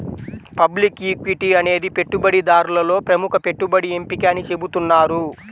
public equity అనేది పెట్టుబడిదారులలో ప్రముఖ పెట్టుబడి ఎంపిక అని చెబుతున్నారు